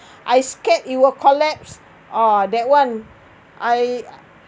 I scared it will collapse uh that one I